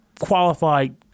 qualified